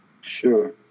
Sure